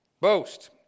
Boast